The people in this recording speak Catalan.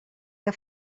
que